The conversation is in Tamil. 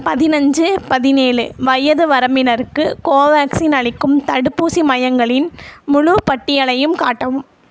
பதினஞ்சு பதினேழு வயது வரம்பினருக்கு கோவேக்சின் அளிக்கும் தடுப்பூசி மையங்களின் முழு பட்டியலையும் காட்டவும்